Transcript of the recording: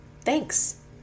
thanks